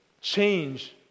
change